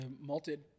malted